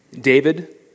David